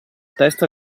testa